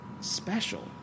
special